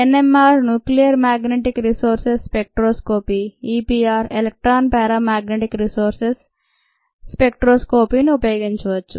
ఎన్ MR nuclear magnetic resonance spectroscopy EPR electron paramagnetic resonance స్పెక్ట్రోస్కోపీని ఉపయోగించవచ్చు